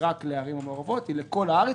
רק לערים המעורבות אלא היא לכל הארץ.